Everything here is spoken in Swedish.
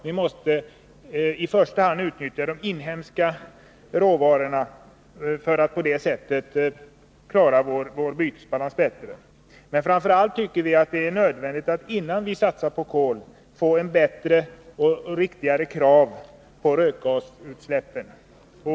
Vi måste i första hand utnyttja de inhemska I råvarorna för att klara vår bytesbalans bättre. Men framför allt tycker vi reservanter att det är nödvändigt att innan man satsar på kol få fram bättre och riktigare krav på rening av rökgasutsläppen.